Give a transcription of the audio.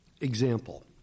Example